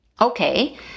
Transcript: Okay